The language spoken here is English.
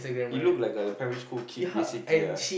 he look like a primary school kid basically